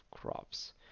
crops